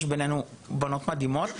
יש בינינו בנות מדהימות.